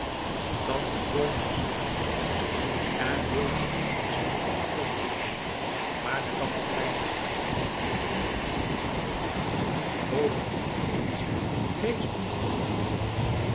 tante borne was wakker geworden en wilde den ekster obat geven maar de kapitein was daartegen en de patiënt zelf ook bovendien had betsy reeds om de dokter gezonden